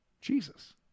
Jesus